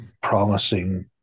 promising